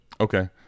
Okay